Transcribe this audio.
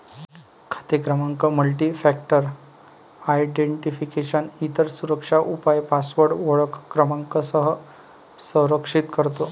खाते क्रमांक multifactor identification, इतर सुरक्षा उपाय पासवर्ड ओळख क्रमांकासह संरक्षित करतो